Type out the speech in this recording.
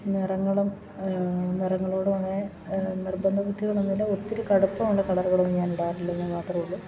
നിറങ്ങളും നിറങ്ങളോടും അങ്ങനെ നിർബന്ധ ബുദ്ധികളൊന്നും ഇല്ല ഒത്തിരി കടുപ്പം ഉള്ള കളറുകളൊന്നും ഞാനിടാറില്ലെന്നു മാത്രമേ ഉള്ളൂ